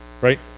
right